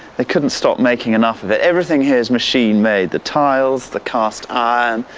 they couldn't stop making enough of it. everything here is machine-made the tiles, the cast um